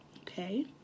okay